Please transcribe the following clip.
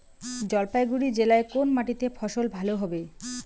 জলপাইগুড়ি জেলায় কোন মাটিতে ফসল ভালো হবে?